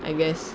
I guess